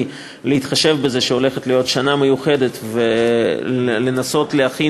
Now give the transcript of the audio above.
להתחשב בזה שהולכת להיות שנה מיוחדת ולנסות להכין